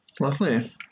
Lovely